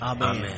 Amen